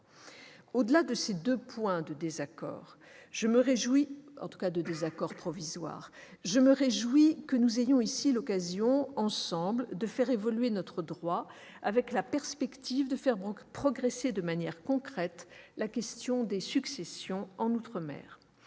Au-delà de ces deux points de désaccord provisoire, je me réjouis que nous ayons ici l'occasion, ensemble, de faire évoluer notre droit, avec la perspective de faire progresser de manière concrète la question des successions en outre-mer.